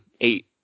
eight